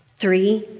three,